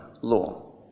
law